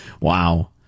wow